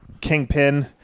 Kingpin